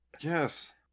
Yes